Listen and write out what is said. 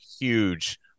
huge